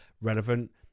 relevant